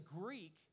Greek